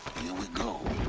we go